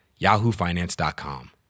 YahooFinance.com